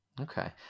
Okay